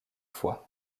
fois